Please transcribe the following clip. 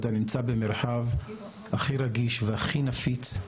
אתה נמצא במרחב הכי רגיש והכי נפיץ,